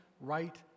right